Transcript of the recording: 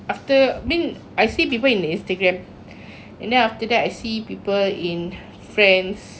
after I been I see people in instagram and then after that I see people in friends